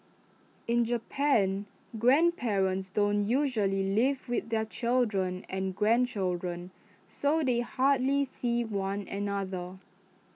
in Japan grandparents don't usually live with their children and grandchildren so they hardly see one another